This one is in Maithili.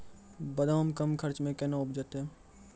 बादाम कम खर्च मे कैना उपजते?